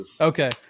Okay